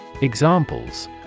Examples